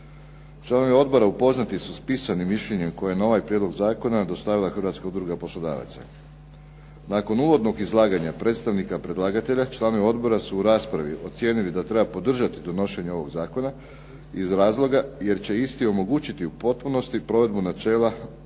Članovi odbora upoznati su s pisanim mišljenjem koji je na ovaj prijedlog zakona dostavila Hrvatska udruga poslodavaca. Nakon uvodnog izlaganja predstavnika predlagatelja članovi odbora su u raspravi ocijenili da treba podržati donošenje ovog zakona iz razloga jer će isti omogućiti u potpunosti provedbu načela